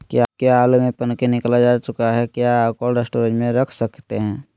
क्या आलु में पनकी निकला चुका हा क्या कोल्ड स्टोरेज में रख सकते हैं?